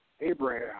Abraham